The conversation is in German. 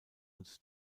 und